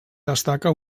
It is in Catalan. destaca